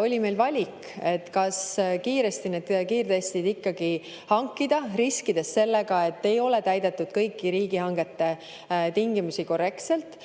oli meil valik, kas kiiresti need kiirtestid ikkagi hankida, riskides sellega, et ei ole täidetud kõiki riigihangete tingimusi korrektselt,